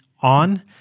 on